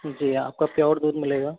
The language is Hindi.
जी हाँ आपका प्योर दूध मिलेगा